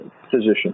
physician